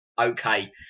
okay